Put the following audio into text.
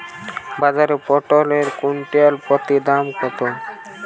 বাজারে পটল এর কুইন্টাল প্রতি দাম কত?